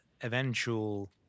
eventual